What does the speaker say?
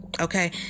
Okay